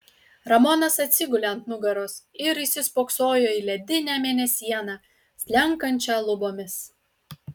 ramonas atsigulė ant nugaros ir įsispoksojo į ledinę mėnesieną slenkančią lubomis